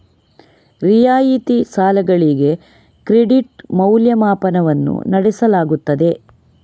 ರಿಯಾಯಿತಿ ಸಾಲಗಳಿಗೆ ಕ್ರೆಡಿಟ್ ಮೌಲ್ಯಮಾಪನವನ್ನು ನಡೆಸಲಾಗುತ್ತದೆ